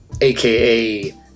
aka